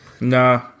Nah